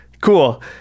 Cool